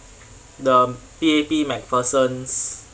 the P_A_P macpherson's